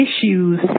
issues